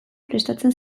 prestatzen